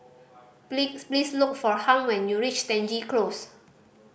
please look for Harm when you reach Stangee Close